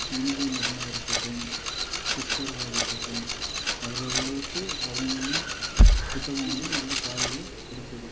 இந்து மதமாக இருக்கட்டும் கிறிஸ்துவர்களாக இருக்கட்டும் அவரவர்களுக்கு அவங்கவுங்க புத்தகம் வந்து நல்ல பாதையை கொடுக்குது